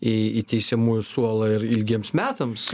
į į teisiamųjų suolą ir ilgiems metams